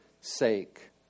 sake